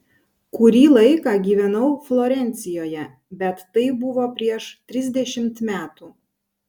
kurį laiką gyvenau florencijoje bet tai buvo prieš trisdešimt metų